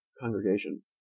congregation